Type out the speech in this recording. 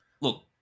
Look